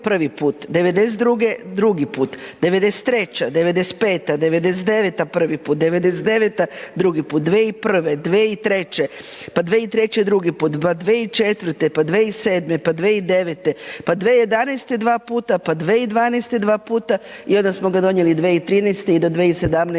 92. drugi put, 93., 95., 99. prvi put, 99. drugi put, 2001., 2003., pa 2003. drugi put, pa 2004., pa 2007., pa 2009., pa 2011. dva puta, pa 2012. dva puta i onda smo ga donijeli 2013. i do 2017.